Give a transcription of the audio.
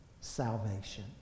salvation